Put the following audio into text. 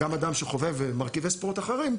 גם אדם שחובב מרכיבי ספורט אחרים,